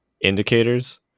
indicators